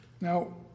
Now